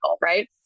right